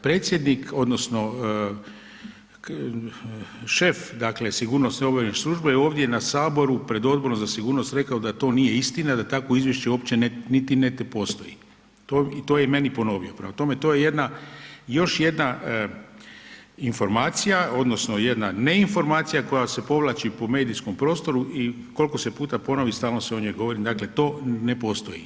Predsjednik odnosno šef dakle sigurnosne obavještajne službe je ovdje na Saboru pred odborom za sigurnost rekao da to nije istina, da takvo izvješće uopće niti ne postoji, to je meni ponovio, prema tome, to je još jedna informacija odnosno jedna ne informacija koja se povlači po medijskom prostoru i koliko se puta ponovi, stalno se o njoj govori, dakle to ne postoji.